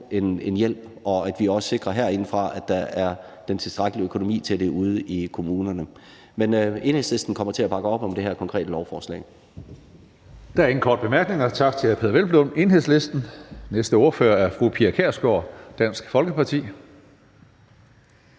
få hjælp, og hvis vi ikke vi også herindefra sikrer, at der er den tilstrækkelige økonomi til det ude i kommunerne. Men Enhedslisten kommer til at bakke op om det her konkrete lovforslag. Kl. 14:43 Tredje næstformand (Karsten Hønge): Der er ingen korte bemærkninger. Tak til hr. Peder Hvelplund, Enhedslisten. Den næste ordfører er fru Pia Kjærsgaard, Dansk Folkeparti.